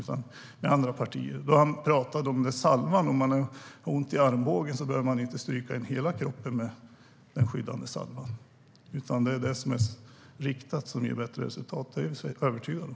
Han pratade om att man inte behöver smörja in hela kroppen med skyddande salva om man har ont i armbågen. Det är det som är riktat som ger bäst resultat, det är jag övertygad om.